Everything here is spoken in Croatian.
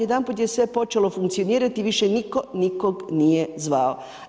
Jedanput je sve počelo funkcionirati, više nitko nikog nije zvao.